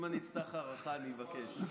אם אני אצטרך הארכה, אני אבקש.